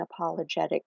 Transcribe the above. unapologetic